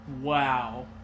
Wow